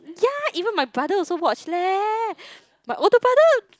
ya even my brother also watch leh my older brother